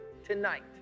tonight